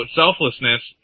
selflessness